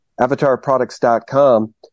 avatarproducts.com